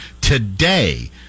today